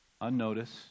unnoticed